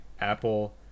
Apple